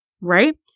right